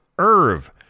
Irv